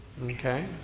Okay